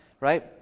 right